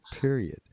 Period